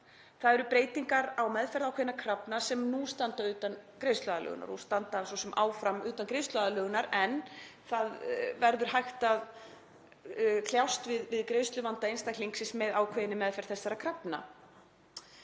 eru breytingar á meðferð ákveðinna krafna sem nú standa utan greiðsluaðlögunar — og standa svo sem áfram utan greiðsluaðlögunar en það verður hægt að kljást við greiðsluvanda einstaklingsins með ákveðinni meðferð þessara krafna,